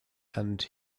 and